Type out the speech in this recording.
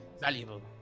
valuable